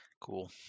Cool